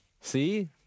See